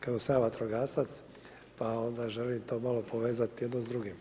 Kako sam ja vatrogasac, pa onda želim to malo povezati jedno s drugim.